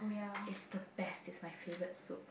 it's the best it's my favourite soup